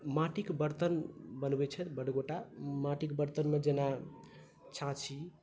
माटिक बर्तन बनबैत छथि बड्ड गोटए माटिक बर्तनमे जेना छाँछी